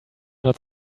not